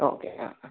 okay ആ ആ